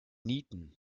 nieten